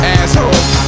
Asshole